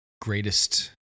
greatest